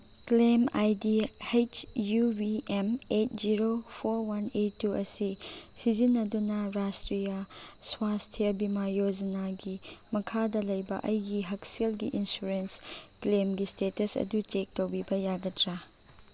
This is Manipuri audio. claim I D H U V M eight zero four one eight two ꯑꯁꯤ ꯁꯤꯖꯤꯟꯅꯗꯨꯅ ꯔꯥꯁꯇ꯭ꯔꯤꯌꯥ ꯁ꯭ꯋꯥꯁꯊꯤꯌꯥ ꯕꯤꯃꯥ ꯌꯣꯖꯅꯥꯒꯤ ꯃꯈꯥꯗ ꯂꯩꯕ ꯑꯩꯒꯤ ꯍꯛꯁꯦꯜꯒꯤ ꯏꯟꯁꯨꯔꯦꯟꯁ ꯀ꯭ꯂꯦꯝꯒꯤ ꯏꯁꯇꯦꯇꯁ ꯑꯗꯨ ꯆꯦꯛ ꯇꯧꯕꯤꯕ ꯌꯥꯒꯗ꯭ꯔꯥ